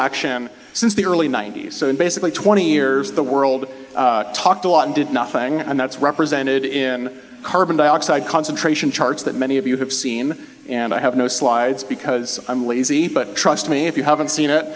action since the early ninety's and basically twenty years the world talked a lot and did nothing and that's represented in carbon dioxide concentration charts that many of you have seen and i have no slides because i'm lazy but trust me if you haven't seen